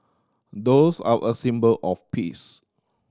doves are a symbol of peace